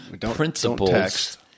principles